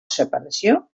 separació